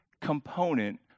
component